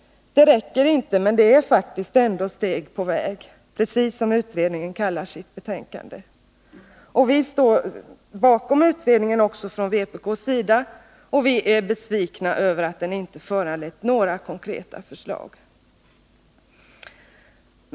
Det räcker inte, men det är ändå steg på väg — precis som utredningen kallat sitt betänkande. Vi står bakom utredningen också från vpk:s sida, och vi är besvikna över att den inte föranlett några konkreta förslag.